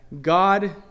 god